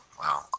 Wow